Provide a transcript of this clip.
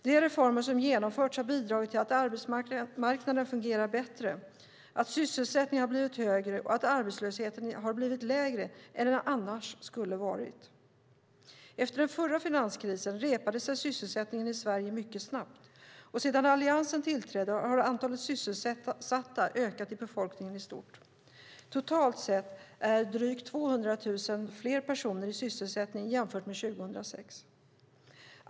De reformer som genomförts har bidragit till att arbetsmarknaden fungerar bättre, att sysselsättningen har blivit högre och att arbetslösheten har blivit lägre än den annars skulle ha varit. Efter den förra finanskrisen repade sig sysselsättningen i Sverige mycket snabbt, och sedan Alliansen tillträdde har antalet sysselsatta ökat i befolkningen i stort. Totalt sett är drygt 200 000 fler personer i sysselsättning jämfört med 2006.